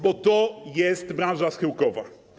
bo to jest branża schyłkowa.